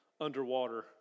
underwater